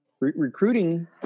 recruiting